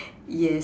yes